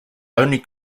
only